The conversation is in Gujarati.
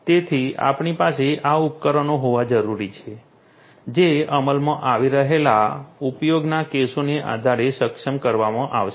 તેથી આપણી પાસે આ ઉપકરણો હોવા જરૂરી છે જે અમલમાં આવી રહેલા ઉપયોગના કેસોને આધારે સક્ષમ કરવામાં આવશે